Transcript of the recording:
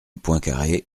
poincaré